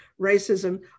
racism